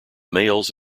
males